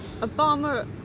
obama